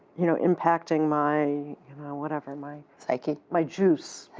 you know, impacting my whatever, my psyche. my juice.